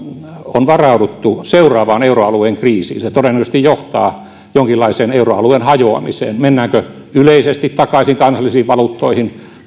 on varauduttu seuraavaan euroalueen kriisiin se todennäköisesti johtaa jonkinlaiseen euroalueen hajoamiseen mennäänkö yleisesti takaisin kansallisiin valuuttoihin